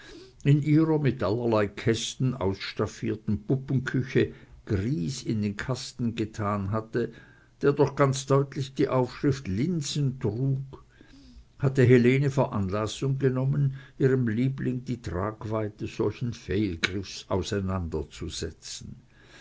in ihrer mit allerlei kästen ausstaffierten puppenküche grieß in den kasten getan hatte der doch ganz deutlich die aufschrift linsen trug hatte helene veranlassung genommen ihrem liebling die tragweite solchen fehlgriffs auseinanderzusetzen